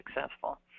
successful